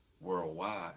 worldwide